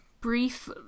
brief